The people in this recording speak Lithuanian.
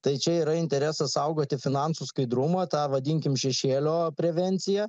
tai čia yra interesas saugoti finansų skaidrumą tą vadinkim šešėlio prevencia